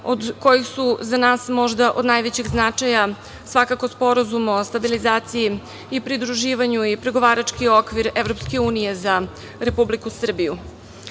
kojih su za nas možda od najvećeg značaja svakako Sporazum o stabilizaciji i pridruživanju i Pregovarački okvir EU za Republiku